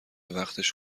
وقتش